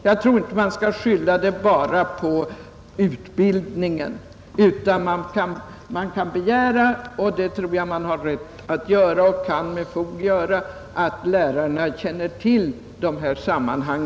Jag tror inte man skall skylla bara på utbildningen, utan man har rätt att begära att lärarna känner till dessa sammanhang.